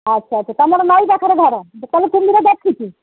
ଆଚ୍ଛା ଆଚ୍ଛା ତମର ନଇ ପାଖରେ ଘର ତାହେଲେ କୁମ୍ଭୀର ଦେଖିଛୁ